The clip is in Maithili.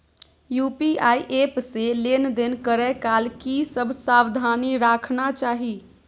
यु.पी.आई एप से लेन देन करै काल की सब सावधानी राखना चाही?